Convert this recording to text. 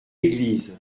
église